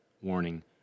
warning